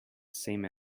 same